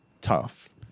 tough